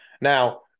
Now